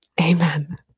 amen